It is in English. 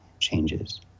changes